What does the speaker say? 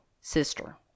sister